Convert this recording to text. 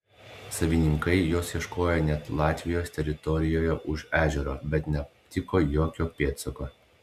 savininkai jos ieškojo net latvijos teritorijoje už ežero bet neaptiko jokio pėdsako